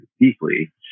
deeply